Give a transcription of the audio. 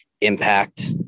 Impact